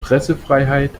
pressefreiheit